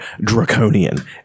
draconian